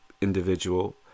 individual